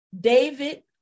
David